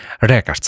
Records